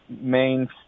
main